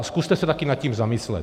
Zkuste se taky nad tím zamyslet.